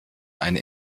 einen